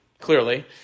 clearly